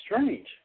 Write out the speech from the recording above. strange